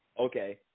Okay